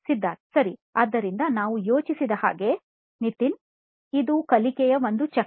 ಸಿದ್ಧಾರ್ಥ್ ಸರಿ ಆದ್ದರಿಂದ ನಾವು ಯೋಚಿಸದ ಹಾಗೆ ನಿತಿನ್ ಇದು ಕಲಿಕೆಯ ಒಂದು ಚಕ್ರ